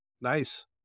nice